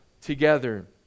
together